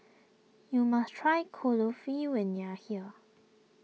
you must try Kulfi when you are here